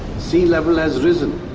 sea level has risen,